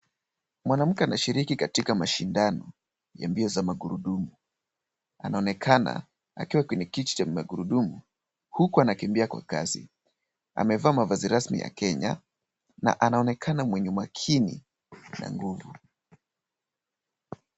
Mwanamke anashiriki katika mashindano ya mbio za magurudumu. Anaonekana akiwa kwenye kiti cha magurudumu. Huku anakimbia kwa kazi. Amevaa mavazi rasmi ya Kenya, na anaonekana mwenye umakini na nguvu.